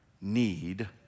need